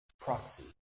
proxy